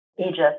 Egypt